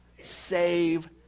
Save